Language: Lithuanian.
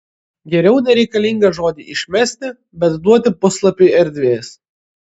geriau nereikalingą žodį išmesti bet duoti puslapiui erdvės